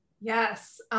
Yes